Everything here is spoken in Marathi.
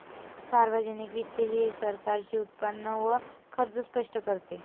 सार्वजनिक वित्त हे सरकारचे उत्पन्न व खर्च स्पष्ट करते